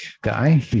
guy